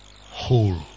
whole